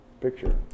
picture